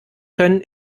können